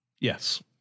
Yes